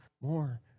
more